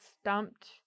stumped